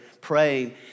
praying